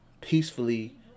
peacefully